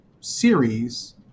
series